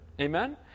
Amen